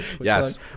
yes